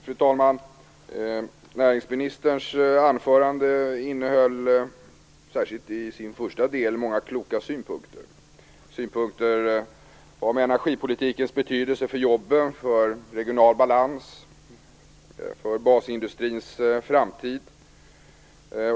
Fru talman! Näringsministerns anförande innehöll särskilt i den första delen många kloka synpunkter om energipolitikens betydelse för jobben, för regional balans, för basindustrins framtid.